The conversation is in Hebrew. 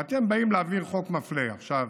ואתם באים להעביר חוק מפלה עכשיו.